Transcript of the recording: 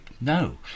no